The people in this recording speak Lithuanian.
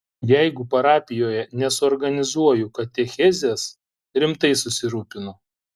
jeigu parapijoje nesuorganizuoju katechezės rimtai susirūpinu